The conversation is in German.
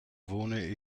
wohne